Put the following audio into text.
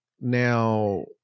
Now